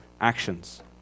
actions